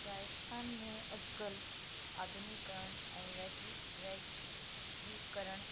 राजस्थान में अॼुकल्ह आधुनिकरण ऐं वैश्वि वैश्विकरण